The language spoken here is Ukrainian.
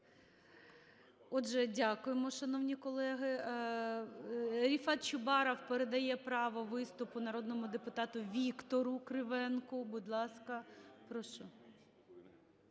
Отже, дякуємо, шановні колеги. Рефат Чубаров передає слово народному депутату Віктору Кривенку. Будь ласка, прошу.